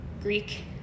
greek